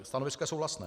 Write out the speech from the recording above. Stanovisko je souhlasné.